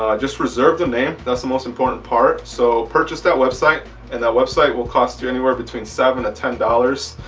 ah just reserve the name that's the most important part. so purchase that website and that website will cost you anywhere between seven to ten dollars.